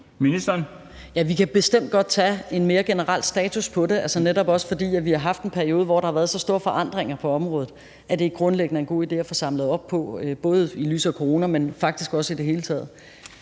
Vi kan bestemt godt tage en mere generel status på det. Netop fordi vi har haft en periode, hvor der har været så store forandringer på det område, er det grundlæggende en god idé at få samlet op på det. Det er både i lyset af coronaen, men faktisk også i det hele taget.